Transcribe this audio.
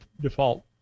default